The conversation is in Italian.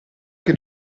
che